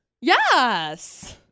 Yes